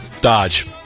Dodge